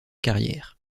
carrière